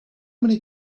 many